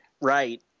Right